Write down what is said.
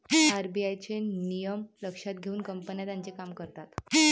RBI चे नियम लक्षात घेऊन कंपन्या त्यांचे काम करतात